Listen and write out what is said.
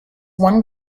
one